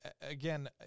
again